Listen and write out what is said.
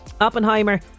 Oppenheimer